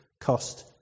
cost